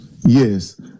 Yes